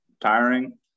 tiring